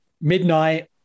midnight